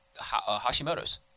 Hashimoto's